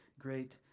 great